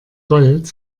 gold